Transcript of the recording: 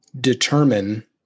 determine